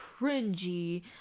cringy